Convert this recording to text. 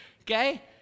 Okay